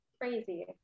crazy